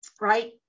right